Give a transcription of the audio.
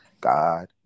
God